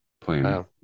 playing